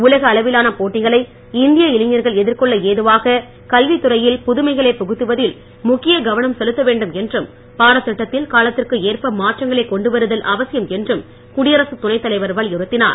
உலக அளவிலான போட்டிகளை இந்திய இளைஞர்கள் எதிர்கொள்ள ஏதுவாக கல்வித்துறையில் புதுமைகளை புகுத்துவதில் முக்கிய கவனம் செலுத்த வேண்டும் என்றும் பாடத்திட்டத்தில் காலத்திற்கேற்ப மாற்றங்களை கொண்டுவருதல் அவசியம் என்றும் குடியரசுத் துணைத் தலைவர் வலியுறுத்தினார்